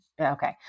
Okay